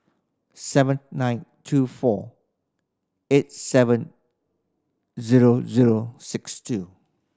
seven nine two four eight seven zero zero six two